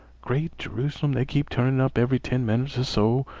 great jerusalem, they keep turnin' up every ten minutes or so!